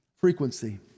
Frequency